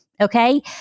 okay